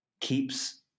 keeps